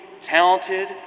talented